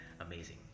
amazing